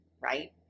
Right